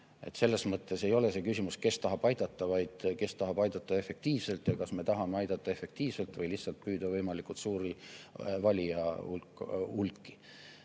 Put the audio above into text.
Selles mõttes ei ole küsimus, kes tahab aidata, vaid [küsimus on,] kes tahab aidata efektiivselt ja kas me tahame aidata efektiivselt või lihtsalt püüda võimalikult suuri valijahulki.